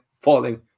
falling